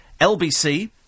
LBC